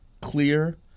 clear